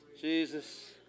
Jesus